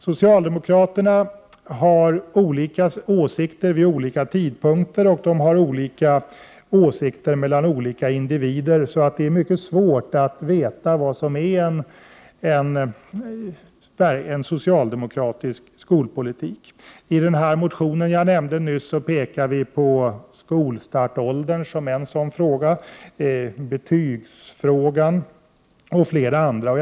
Socialdemokraterna har olika åsikter vid olika tidpunkter, och även olika individer inom socialdemokratin har olika åsikter. Det är därför mycket svårt att veta vad som är en socialdemokratisk skolpolitik. I den motion jag nyss nämnde pekar vi på skolstartåldern, betygsfrågan och flera andra som exempel på sådana frågor.